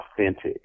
authentic